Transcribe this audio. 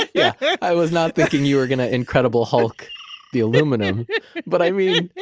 yeah. i was not thinking you were going to incredible hulk the aluminum but, i mean,